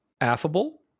affable